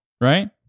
Right